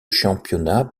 championnat